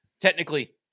technically